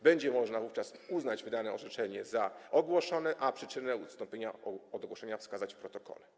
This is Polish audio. Będzie można wówczas uznać wydane orzeczenie za ogłoszone, a przyczynę odstąpienia od ogłoszenia wskazać w protokole.